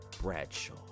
Bradshaw